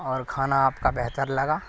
اور کھانا آپ کا بہتر لگا